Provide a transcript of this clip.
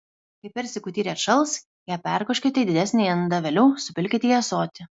kai persikų tyrė atšals ją perkoškite į didesnį indą vėliau supilkite į ąsotį